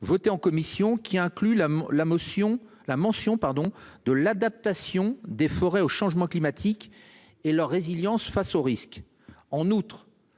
votée en commission qui inclut la mention de l'adaptation des forêts au changement climatique et leur résilience face aux risques.